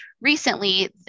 recently